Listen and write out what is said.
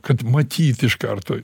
kad matyt iš karto